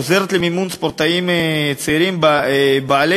שעוזרת למימון ספורטאים צעירים בעלי